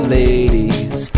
ladies